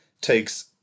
takes